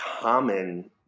common